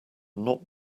not